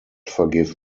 forgive